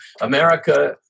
America